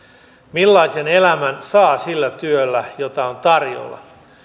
millaisen elämän saa sillä työllä jota on tarjolla